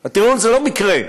הטרלול זה לא מקרה,